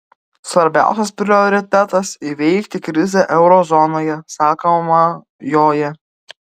svarbiausias prioritetas įveikti krizę euro zonoje sakoma joje